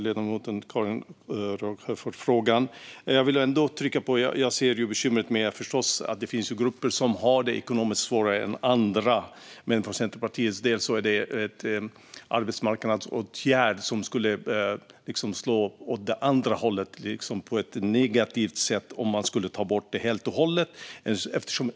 Fru talman! Jag tackar Karin Rågsjö för frågan. Jag ser förstås ett bekymmer med att det finns grupper som har det ekonomiskt svårare än andra. Men Centerpartiet anser att det är en arbetsmarknadsåtgärd som skulle slå åt det andra hållet och på ett negativt sätt om man skulle ta bort karensdagen permanent.